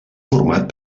format